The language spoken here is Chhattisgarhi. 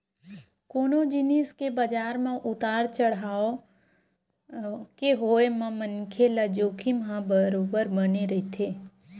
कोनो जिनिस के बजार म उतार चड़हाव के होय म मनखे ल जोखिम ह बरोबर बने रहिथे